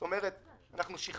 היא אומרת שאין לה בעיה,